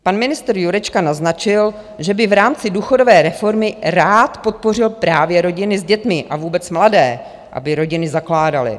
Pan ministr Jurečka naznačil, že by v rámci důchodové reformy rád podpořil právě rodiny s dětmi a vůbec mladé, aby rodiny zakládali.